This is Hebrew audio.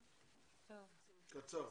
קצר.